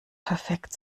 perfekt